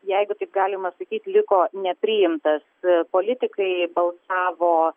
jeigu taip galima sakyt liko nepriimtas politikai balsavo